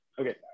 Okay